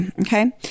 Okay